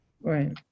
right